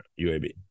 UAB